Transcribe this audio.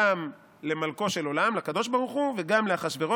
גם למלכו של עולם, לקדוש ברוך הוא, וגם לאחשוורוש.